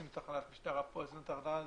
הקמנו תחנת משטרה פה ותחנת משטרה שם,